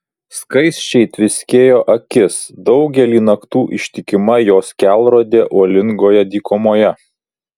skaisčiai tviskėjo akis daugelį naktų ištikima jos kelrodė uolingoje dykumoje